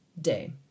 day